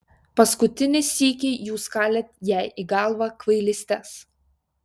paskutinį sykį jūs kalėt jai į galvą kvailystes